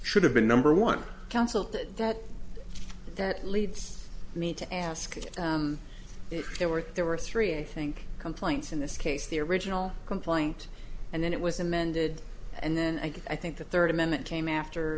should have been number one council to that that leads me to ask if there were there were three i think complaints in this case the original complaint and then it was amended and then i think the third amendment came after